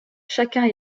chacun